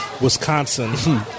Wisconsin